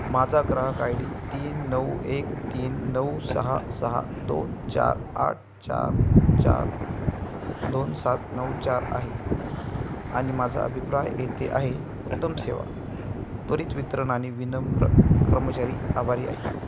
माझा ग्राहक I D तीन नऊ एक तीन नऊ सहा सहा दोन चार आठ चार चार दोन सात नऊ चार आहे आणि माझा अभिप्राय येथे आहे उत्तम सेवा त्वरित वितरण आणि विनम्र कर्मचारी आभारी आहे